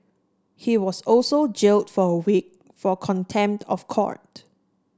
he was also jailed for a week for contempt of court